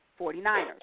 49ers